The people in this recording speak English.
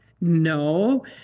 No